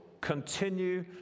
Continue